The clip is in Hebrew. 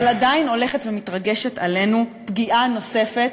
אבל עדיין הולכת ומתרגשת עלינו פגיעה נוספת,